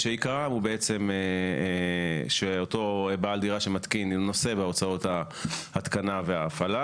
עיקרם הוא שאותו בעל דירה שמתקין נושא בהוצאות ההתקנה וההפעלה,